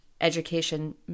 education